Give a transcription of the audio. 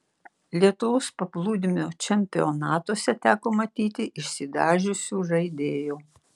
lietuvos paplūdimio čempionatuose teko matyti išsidažiusių žaidėjų